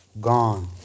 Gone